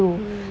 mm